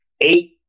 eight